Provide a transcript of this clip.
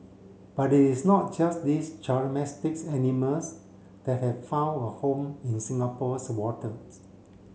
but it is not just these animals that have found a home in Singapore's waters